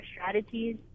strategies